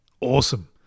Awesome